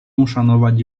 uszanować